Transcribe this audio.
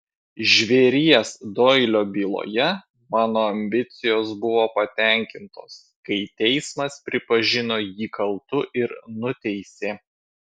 žvėries doilio byloje mano ambicijos buvo patenkintos kai teismas pripažino jį kaltu ir nuteisė